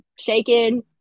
shaken